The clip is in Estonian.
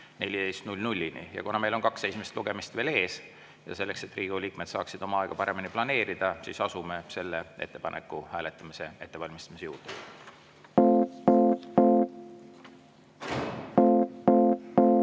14‑ni. Kuna meil on kaks esimest lugemist veel ees ja selleks, et Riigikogu liikmed saaksid oma aega paremini planeerida, siis asume selle ettepaneku hääletamise ettevalmistamise juurde.